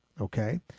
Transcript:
Okay